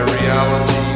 reality